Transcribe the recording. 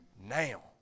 now